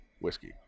whiskey